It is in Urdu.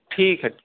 ٹھیک ہے